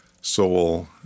soul